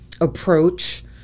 approach